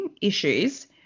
issues